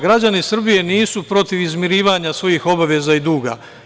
Građani Srbije nisu protiv izmirivanja svojih obaveza i duga.